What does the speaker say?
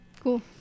Cool